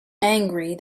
angry